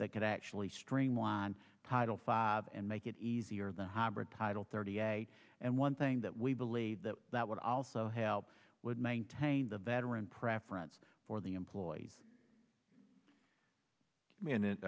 that could actually streamline title five and make it easier the hybrid title thirty eight and one thing that we believe that that would also help would maintain the veteran preference for the employees